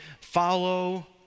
follow